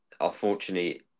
unfortunately